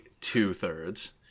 two-thirds